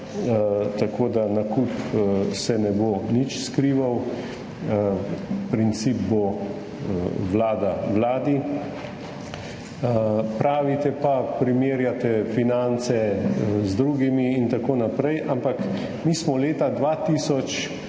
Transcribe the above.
Tako da se nakup ne bo nič skrival, princip bo vlada vladi. Pravite pa, da primerjate finance z drugimi in tako naprej, ampak mi smo bili leta 2009,